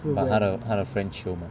but 她的她的 friend chio mah